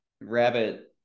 rabbit